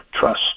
trust